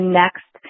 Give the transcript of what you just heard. next